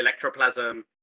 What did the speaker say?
electroplasm